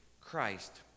Christ